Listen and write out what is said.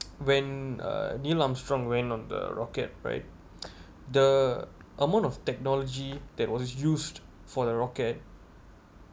when uh neil armstrong went on the rocket right the amount of technology that was used for the rocket